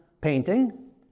painting